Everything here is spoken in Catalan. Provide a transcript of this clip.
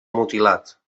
mutilat